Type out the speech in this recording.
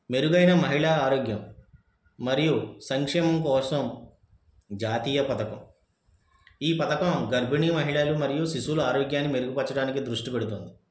మెరుగైన మహిళా ఆరోగ్యం మరియు సంక్షేమం కోసం జాతీయ పథకం ఈ పథకం గర్భిణీ మహిళలు మరియు శిశువుల ఆరోగ్యాన్ని మెరుగుపరచడానికి దృష్టి పెడుతుంది